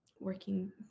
working